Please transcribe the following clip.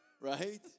Right